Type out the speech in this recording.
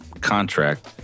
contract